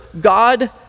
God